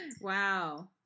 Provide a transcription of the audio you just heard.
Wow